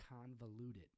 convoluted